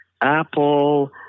Apple